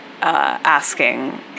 asking